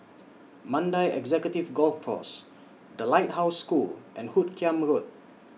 Mandai Executive Golf Course The Lighthouse School and Hoot Kiam Road